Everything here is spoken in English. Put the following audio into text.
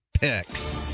picks